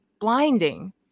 blinding